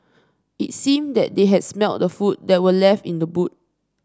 it seemed that they had smelt the food that were left in the boot